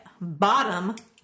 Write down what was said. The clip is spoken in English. bottom